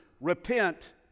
Repent